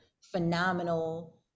phenomenal